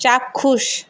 চাক্ষুষ